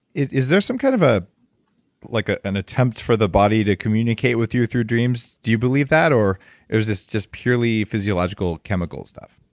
is there some kind of ah like ah an attempt for the body to communicate with you through dreams? do you believe that? or is this just purely physiological chemical stuff?